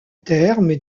terme